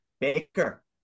Baker